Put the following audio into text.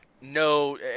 no